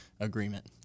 agreement